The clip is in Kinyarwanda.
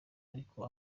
ariko